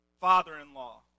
father-in-law